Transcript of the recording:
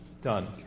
done